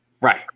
Right